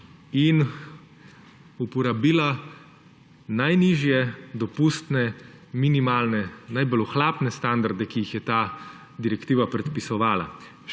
in uporabila najnižje dopustne minimalne, najbolj ohlapne standarde, ki jih je ta direktiva predpisovala.